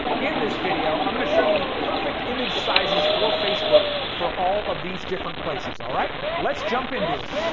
in this video, i'm gonna show you the perfect image sizes for facebook for all of these different places. all right, let's jump into it.